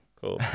Cool